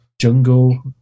jungle